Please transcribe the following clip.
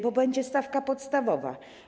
Będzie stawka podstawowa.